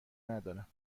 ندارم